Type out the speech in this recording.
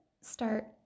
start